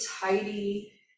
tidy